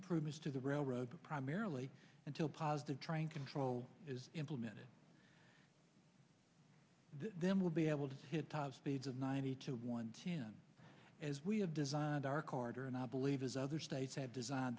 improvements to the railroad primarily until positive train control is implemented then we'll be able to hit top speeds of ninety to one tenth as we have designed our quarter and i believe as other states have design